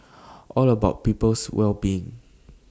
all about our people's well being